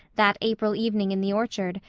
that april evening in the orchard,